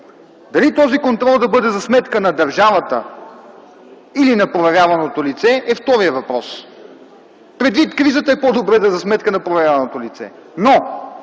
Дали този контрол да бъде за сметка на държавата или на проверяваното лице е вторият въпрос. Предвид кризата е по-добре да е за сметка на проверяваното лице.